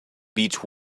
beech